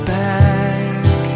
back